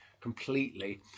completely